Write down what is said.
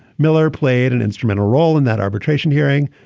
miller played an instrumental role in that arbitration hearing.